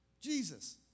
Jesus